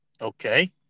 Okay